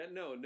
no